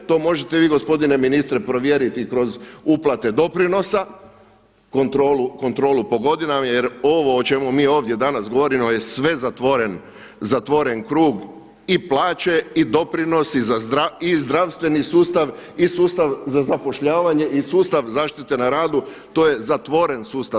To možete vi gospodine ministre provjeriti kroz uplate doprinosa, kontrolu po godinama jer ovo o čemu mi ovdje danas govorimo je sve zatvoren krug i plaće i doprinosi i zdravstveni sustav i sustav za zapošljavanje i sustav zaštite na radu to je zatvoren sustav.